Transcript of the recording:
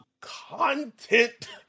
content